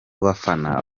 bafana